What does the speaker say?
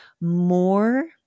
More